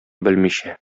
белмичә